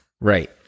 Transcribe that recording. right